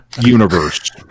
universe